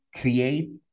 create